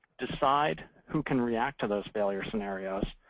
decide who can react to those failure scenarios